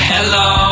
Hello